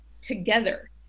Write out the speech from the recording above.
together